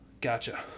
Gotcha